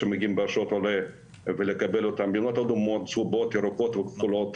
ולקבל עולים ממדינות ירוקות צהובות וכחולות